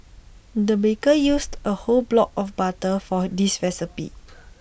the baker used A whole block of butter for this recipe